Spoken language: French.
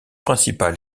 principal